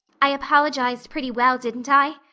i apologized pretty well, didn't i?